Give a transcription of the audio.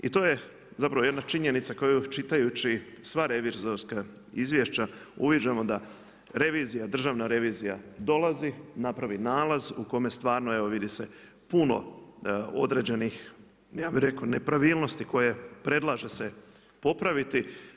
I to je zapravo jedna činjenica koju čitajući sva revizorska izvješća uviđamo da revizija, Državna revizija dolazi, napravi nalaz u kome stvarno evo vidi se puno određenih ja bih rekao nepravilnosti koje predlaže se popraviti.